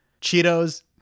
Cheetos